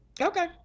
okay